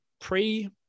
pre